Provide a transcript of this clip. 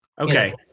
Okay